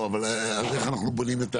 לא, אבל איך אנחנו בונים את זה.